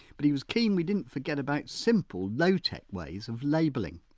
but he was keen we didn't forget about simple low-tech ways of labelling.